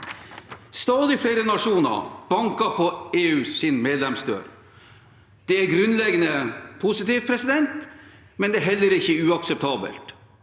Stadig flere nasjoner banker på EUs medlemsdør. Det er grunnleggende positivt, men det er heller ikke uproblematisk.